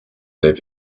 live